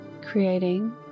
Creating